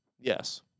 Yes